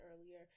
earlier